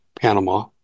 Panama